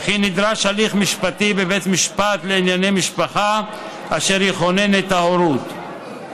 ולכן נדרש הליך משפטי בבית משפט לענייני משפחה אשר יכונן את ההורות.